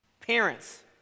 parents